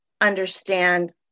understand